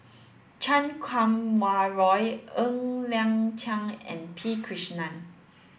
Chan Kum Wah Roy Ng Liang Chiang and P Krishnan